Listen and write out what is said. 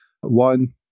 one